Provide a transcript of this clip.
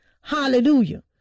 Hallelujah